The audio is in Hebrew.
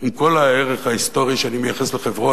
עם כל הערך ההיסטורי שאני מייחס לחברון,